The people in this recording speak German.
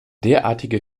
derartige